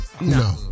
No